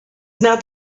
not